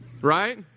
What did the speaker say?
Right